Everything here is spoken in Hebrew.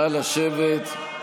נא לשבת, פיקוד העורף,